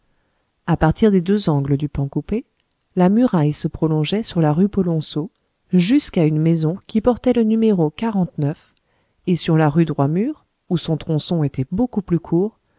à partir des deux angles du pan coupé la muraille se prolongeait sur la rue polonceau jusqu'à une maison qui portait le no et sur la rue droit mur où son tronçon était beaucoup plus court